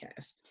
podcast